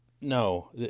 No